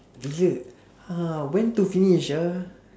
bila ah when to finish ah